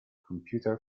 computer